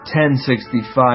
1065